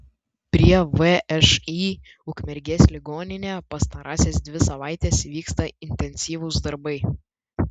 prie všį ukmergės ligoninė pastarąsias dvi savaites vyksta intensyvūs darbai